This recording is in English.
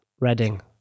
Reading